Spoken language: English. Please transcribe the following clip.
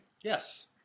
Yes